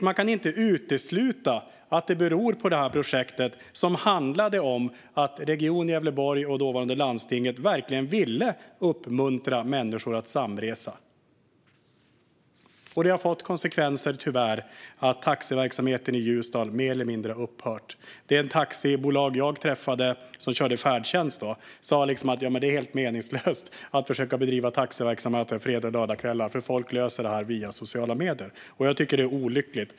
Man kan inte utesluta att det beror på detta projekt. Region Gävleborg och det dåvarande landstinget ville verkligen uppmuntra människor att samresa. Det har tyvärr fått konsekvenser: Taxiverksamheten i Ljusdal har mer eller mindre upphört. Det taxibolag som jag träffade, som körde färdtjänst, sa: Det är meningslöst att försöka bedriva taxiverksamhet här på fredags och lördagskvällar, för folk löser detta via sociala medier. Jag tycker att det är olyckligt.